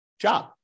job